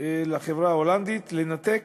לחברה ההולנדית, להפר